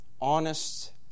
honest